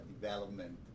development